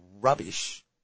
rubbish